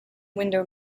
window